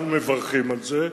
אנחנו מברכים על זה,